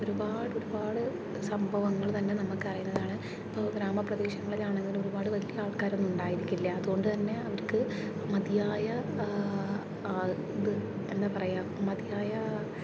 ഒരുപാട് ഒരുപാട് സംഭവങ്ങൾ തന്നെ നമുക്കറിയുന്നതാണ് ഇപ്പോൾ ഗ്രാമപ്രദേശങ്ങളിലാണെങ്കിലും ഒരുപാട് വലിയ ആൾക്കാരൊന്നും ഉണ്ടായിരിക്കില്ല അതുകൊണ്ടുതന്നെ അവർക്ക് മതിയായ ഇത് എന്താ പറയുക മതിയായ